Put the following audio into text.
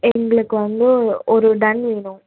எங்களுக்கு வந்து ஒரு டன் வேணும்